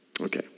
okay